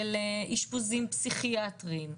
של אישפוזים פסיכיאטריים,